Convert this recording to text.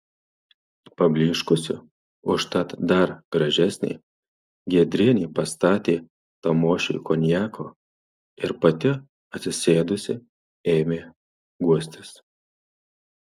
pablyškusi užtat dar gražesnė giedrienė pastatė tamošiui konjako ir pati atsisėdusi ėmė guostis